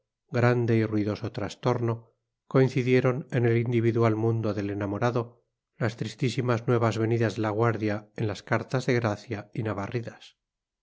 grande y ruidoso trastorno coincidieron en el individual mundo del enamorado las tristísimas nuevas venidas de la guardia en las cartas de gracia y navarridas no